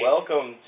Welcome